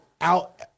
out